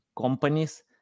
companies